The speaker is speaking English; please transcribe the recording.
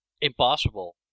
impossible